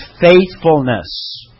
faithfulness